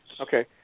Okay